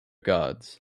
gods